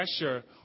pressure